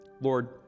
lord